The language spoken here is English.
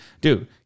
Dude